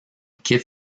quitte